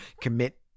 commit